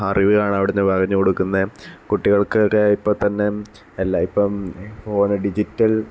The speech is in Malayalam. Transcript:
അറിവാണ് അവിടെനിന്ന് പറഞ്ഞു കൊടുക്കുന്നത് കുട്ടികള്ക്ക് അവർ ഇപ്പം തന്നെ എല്ലാ ഇപ്പം ഫോൺ ഡിജിറ്റല്